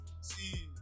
See